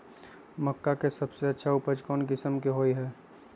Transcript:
मक्का के सबसे अच्छा उपज कौन किस्म के होअ ह?